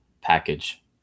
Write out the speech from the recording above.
package